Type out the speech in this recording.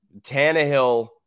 Tannehill